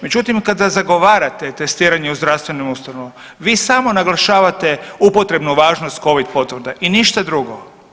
Međutim, kada zagovarate testiranje u zdravstvenim ustanovama vi samo naglašavate upotrebnu važnost Covid potvrda i ništa drugo.